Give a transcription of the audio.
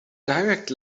direct